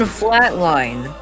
flatline